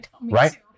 right